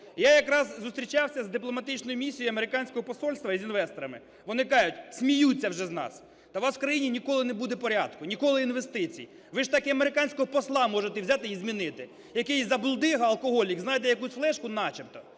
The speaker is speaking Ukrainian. Я якраз зустрічався з дипломатичною місією американського посольства і з інвесторами, вони кажуть, сміються вже з нас: "Та у вас в країні ніколи не буде порядку, ніколи інвестицій. Ви ж так і американського посла можете взяти і змінити, якийсьзабулдига-алкоголік знайде якусь флешку начебто".